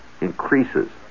increases